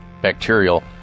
bacterial